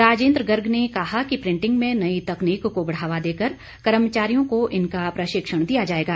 राजिन्द्र गर्ग ने कहा कि प्रिंटिंग में नई तकनीक को बढ़ावा देकर कर्मचारियों को इनका प्रशिक्षण दिया जाएगा